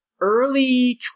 early